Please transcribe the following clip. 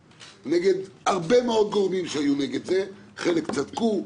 נגד הרבה מאוד גורמים שהיו נגד זה חלק צדקו,